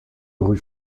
rue